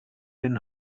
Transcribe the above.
den